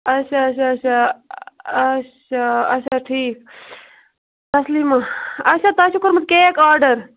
اچھا اچھا اچھا اچھا اچھا ٹھیٖک تسلیٖمہٕ اچھا تۄہہِ چھُو کوٚرمُت کیک آرڈر